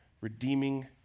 Redeeming